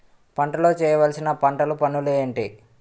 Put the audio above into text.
పంటలో చేయవలసిన పంటలు పనులు ఏంటి?